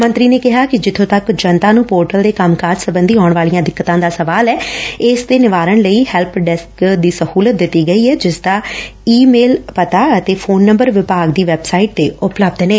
ਮੰਤਰੀ ਨੇ ਕਿਹਾ ਕਿ ਜਿੱਥੇ ਤੱਕ ਜਨਤਾ ਨੂੰ ਪੋਰਟਲ ਦੇ ਕੰਮਕਾਜ ਸਬੰਧੀ ਆਉਣ ਵਾਲੀਆਂ ਦਿਕਤਾਂ ਦਾ ਸਵਾਲ ਐ ਇਸ ਦੇ ਨਿਵਾਰਨ ਲਈ ਹੈਲਪ ਡੈਸਕ ਦੀ ਸਹੂਲਤ ਦਿਤੀ ਗਈ ਐ ਜਿਸਦਾ ਏ ਮੇਲ ਪਤਾ ਅਤੇ ਫੋਨ ਨੰਬਰ ਵਿਭਾਗ ਦੀ ਵੈਬਸਾਈਟ ਤੇ ਉਪਲੱਬਧ ਨੇ